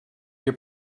your